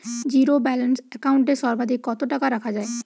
Zero balance account এ সর্বাধিক কত টাকা রাখা য়ায়?